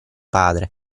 padre